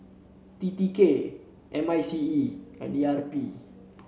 T T K M I C E and E R P